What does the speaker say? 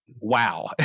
Wow